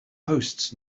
hosts